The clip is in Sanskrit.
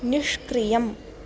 निष्क्रियम्